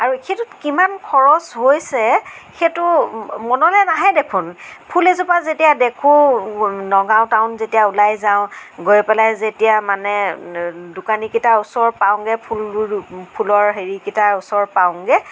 আৰু সেইটোত কিমান খৰচ হৈছে সেইটো মনলৈ নাহে দেখোন ফুল এজোপা যেতিয়া দেখো নগাঁও টাউন যেতিয়া ওলাই যাওঁ গৈ পেলাই যেতিয়া মানে দোকানীকেইটাৰ ওচৰ পাওঁগৈ ফুল ফুলৰ হেৰিকেইটাৰ ওচৰ পাওঁগৈ